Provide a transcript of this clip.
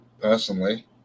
personally